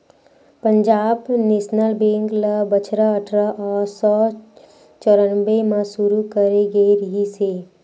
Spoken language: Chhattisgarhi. पंजाब नेसनल बेंक ल बछर अठरा सौ चौरनबे म सुरू करे गे रिहिस हे